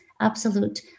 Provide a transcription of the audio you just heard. absolute